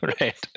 Right